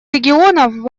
регионов